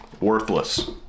worthless